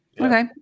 Okay